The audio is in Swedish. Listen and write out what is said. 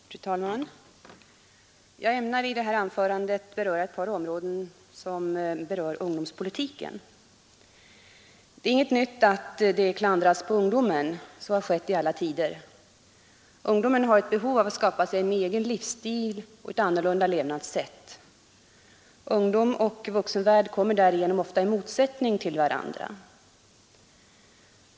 Fru talman! Jag ämnar i det här anförandet beröra ett par områden som knyter an till ungdomspolitiken. Det är inget nytt att det klankas på ungdomen. Så har skett i alla tider. Ungdomen har ett behov att skapa sig en egen livsstil, ett annorlunda levnadssätt. Ungdom och vuxenvärld kommer därigenom ofta i motsättning till varandra.